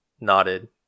nodded